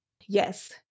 Yes